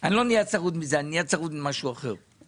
אני לא נהיה צרוד מזה, אני נהיה צרוד ממשהו אחר.